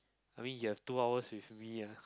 I mean you have two hours with me ah